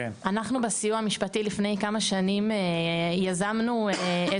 אנחנו בסיוע המשפטי לפני כמה שנים יזמנו איזה